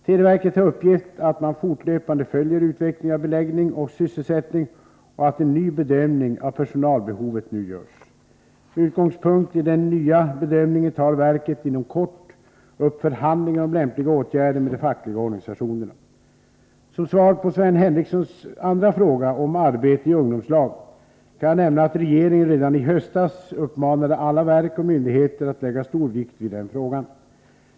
Televerket har uppgett att man fortlöpande följer utvecklingen av beläggning och sysselsättning och att en ny bedömning av personalbehovet nu görs. Med utgångspunkt i den nya bedömningen tar verket inom kort upp förhandlingar om lämpliga åtgärder med de fackliga organisationerna. Som svar på Sven Henricssons andra fråga om arbete i ungdomslag kan jag nämna att regeringen redan i höstas uppmanade alla verk och myndigheter att lägga stor vikt vid den frågan.